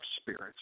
spirits